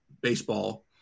baseball